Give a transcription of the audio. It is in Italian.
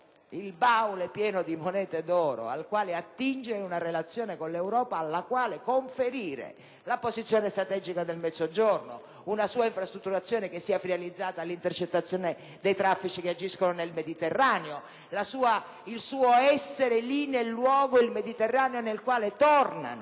il baule pieno di monete d'oro al quale attingere una relazione con l'Europa alla quale conferire la posizione strategica del Mezzogiorno, una sua infrastrutturazione finalizzata all'intercettazione dei traffici che agiscono nel Mediterraneo, il suo essere lì, nel Mediterraneo, nel quale tornano